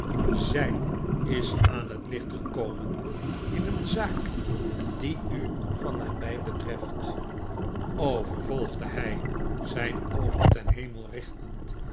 zij is aan het licht gekomen in een zaak die u van nabij betreft o vervolgde hij zijn oogen ten hemel richtend